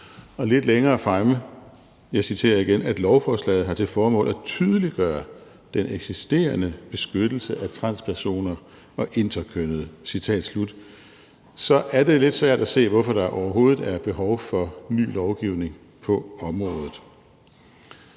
og lidt længere fremme, at lovforslaget »har til formål tydeliggøre den eksisterende beskyttelse af transpersoner og interkønnede«, så er det lidt svært at se, hvorfor der overhovedet er behov for ny lovgivning på området.